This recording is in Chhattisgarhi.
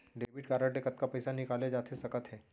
डेबिट कारड ले कतका पइसा निकाले जाथे सकत हे?